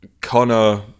Connor